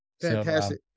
Fantastic